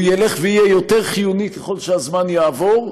הוא ילך ויהיה יותר חיוני ככל שהזמן יעבור,